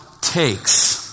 takes